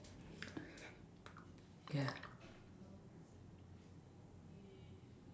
ya